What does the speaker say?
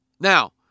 Now